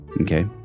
Okay